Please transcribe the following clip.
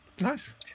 Nice